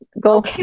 Go